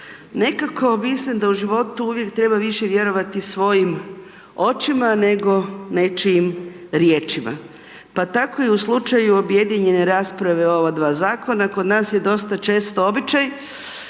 Nekako mislim da u životu treba više vjerovati svojim očima nego nečijim riječima, pa tako i u slučaju objedinjene rasprave o ova dva zakona. Kod nas je dosta često običaj,